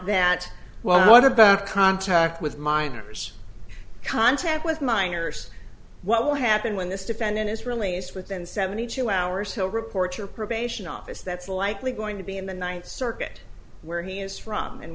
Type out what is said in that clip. that well what about contact with minors contact with minors what will happen when this defendant is released within seventy two hours hill reports or probation office that's likely going to be in the ninth circuit where he is from and